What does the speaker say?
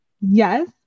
yes